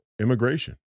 immigration